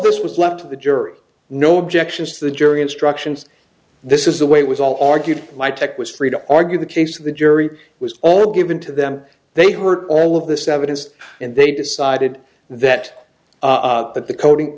this was left to the jury no objections to the jury instructions this is the way it was all argued my tech was free to argue the case of the jury was all given to them they heard all of this evidence and they decided that but the coating